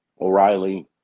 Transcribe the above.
O'Reilly